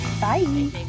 Bye